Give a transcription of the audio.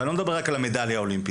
ואני לא מדבר רק על המדליה האולימפית,